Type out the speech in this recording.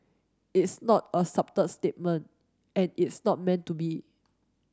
it's not a subtle statement and it's not meant to be